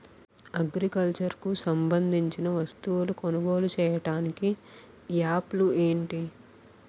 Agriculture కు సంబందించిన వస్తువులను కొనుగోలు చేయటానికి యాప్లు ఏంటి?